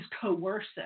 coercive